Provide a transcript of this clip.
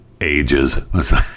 ages